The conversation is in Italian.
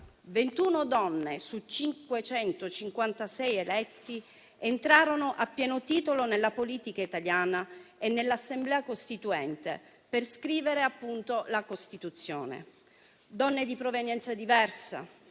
21 donne su 556 eletti entrarono a pieno titolo nella politica italiana e nell'Assemblea costituente, per scrivere la Costituzione. Donne di provenienza diversa;